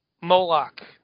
Moloch